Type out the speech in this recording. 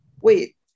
wait